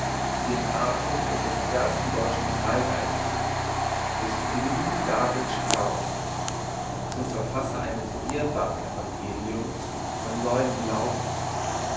die entartung unsres ersten deutschen freigeistes des klugen david strauss zum verfasser eines bierbank evangeliums und neuen glaubens